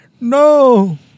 no